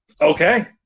Okay